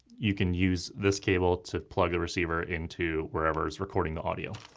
you can use this cable to plug the receiver into whatever is recording the audio.